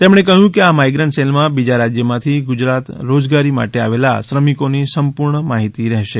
તેમણે કહ્યું કે આ માઇગ્રન્ટ સેલમાં બીજા રાજ્યોમાંથી ગુજરાત રોજગારી માટે આવેલા શ્રમિકોની સંપૂર્ણ માહિતી મળી રહેશે